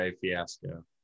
Fiasco